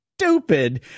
stupid